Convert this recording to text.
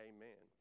Amen